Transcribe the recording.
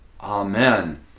Amen